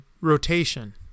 rotation